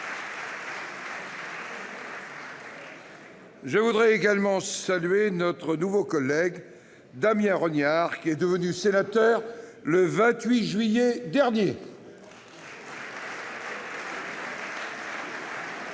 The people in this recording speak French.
Je tiens également à saluer notre nouveau collègue Damien Regnard, qui est devenu sénateur le 28 juillet dernier. L'ordre